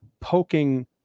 poking